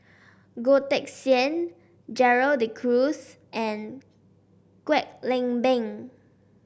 Goh Teck Sian Gerald De Cruz and Kwek Leng Beng